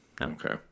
Okay